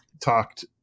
talked